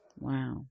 Wow